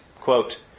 quote